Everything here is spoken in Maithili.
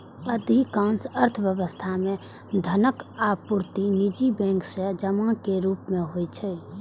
अधिकांश अर्थव्यवस्था मे धनक आपूर्ति निजी बैंक सं जमा के रूप मे होइ छै